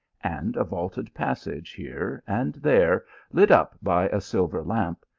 and a vaulted passage here and there lit up by a sil ver lamp,